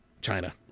China